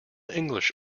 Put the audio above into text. english